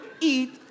eat